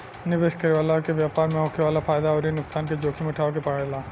निवेश करे वाला के व्यापार में होखे वाला फायदा अउरी नुकसान के जोखिम उठावे के पड़ेला